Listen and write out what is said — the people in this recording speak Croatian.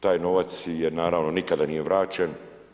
Taj novac naravno nikada nije vraćen.